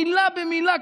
מילה במילה,